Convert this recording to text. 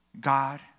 god